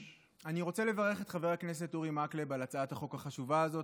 אני רוצה לברך את חבר הכנסת אורי מקלב על הצעת החוק החשובה הזאת.